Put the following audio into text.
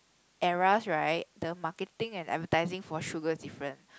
eras right the marketing and advertising for sugar is different